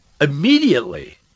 immediately